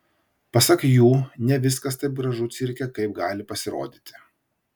pasak jų ne viskas taip gražu cirke kaip gali pasirodyti